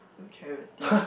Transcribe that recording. to charity